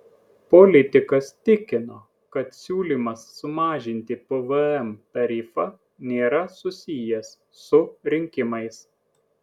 politikas tikino kad siūlymas sumažinti pvm tarifą nėra susijęs su rinkimais